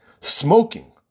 smoking